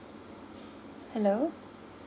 hello